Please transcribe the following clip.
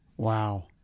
Wow